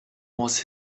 was